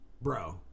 bro